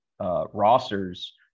rosters